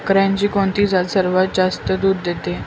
बकऱ्यांची कोणती जात सर्वात जास्त दूध देते?